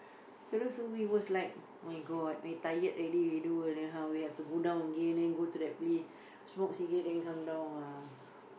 you know so we was like oh-my-god very tired already we do and then how we have to go down again then go to that place smoke cigarettes then come down !wah!